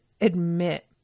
admit